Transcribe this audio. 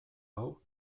hau